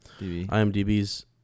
IMDB's